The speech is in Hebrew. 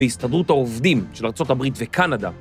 ‫בהסתדרות העובדים של ארה״ב וקנדה.